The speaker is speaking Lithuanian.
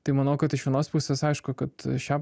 tai manau kad iš vienos pusės aišku kad šia